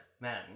Men